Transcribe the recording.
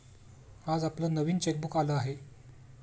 आज आपलं नवीन चेकबुक आलं आहे